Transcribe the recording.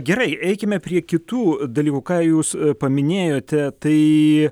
gerai eikime prie kitų dalykų ką jūs paminėjote tai